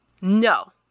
no